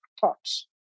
thoughts